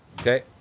Okay